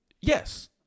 Yes